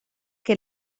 que